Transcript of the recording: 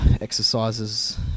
exercises